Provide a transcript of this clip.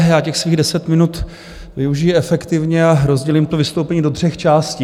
Já těch svých deset minut využiji efektivně a rozdělím to vystoupení do tří částí.